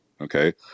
Okay